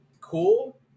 cool